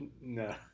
No